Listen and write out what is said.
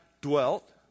dwelt